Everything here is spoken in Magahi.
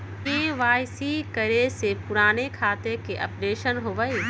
के.वाई.सी करें से पुराने खाता के अपडेशन होवेई?